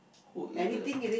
put it there